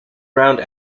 ground